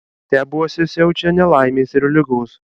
tebuose siaučia nelaimės ir ligos